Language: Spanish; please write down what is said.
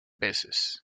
veces